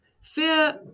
fear